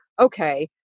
Okay